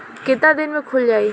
कितना दिन में खुल जाई?